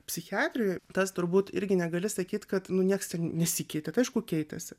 psichiatrijoj tas turbūt irgi negali sakyt kad nu nieks ir nesikeitė tai aišku keitėsi